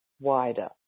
wider